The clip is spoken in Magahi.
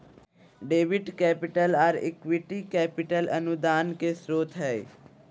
डेबिट कैपिटल, आर इक्विटी कैपिटल अनुदान के स्रोत हय